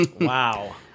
Wow